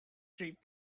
trip